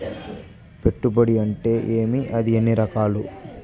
పెట్టుబడి అంటే ఏమి అది ఎన్ని రకాలు